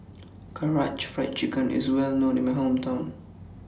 Karaage Fried Chicken IS Well known in My Hometown